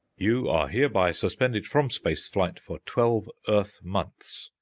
you are hereby suspended from space flight for twelve earth months.